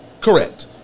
correct